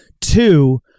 Two